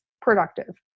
productive